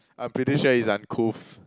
I'm pretty sure it's uncouth